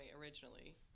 originally